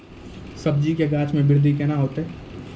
सब्जी के गाछ मे बृद्धि कैना होतै?